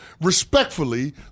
respectfully